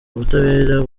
ubutabera